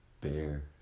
bear